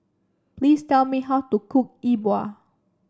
please tell me how to cook E Bua